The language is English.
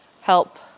help